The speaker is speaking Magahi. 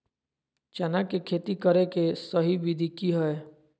चना के खेती करे के सही विधि की हय?